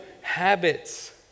habits